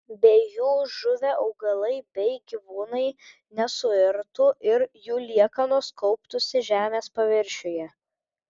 be jų žuvę augalai bei gyvūnai nesuirtų ir jų liekanos kauptųsi žemės paviršiuje